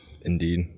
Indeed